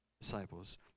disciples